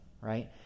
right